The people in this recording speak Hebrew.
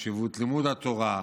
חשיבות לימוד התורה,